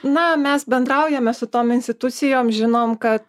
na mes bendraujame su tom institucijom žinom kad